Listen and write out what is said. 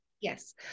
Yes